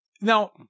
Now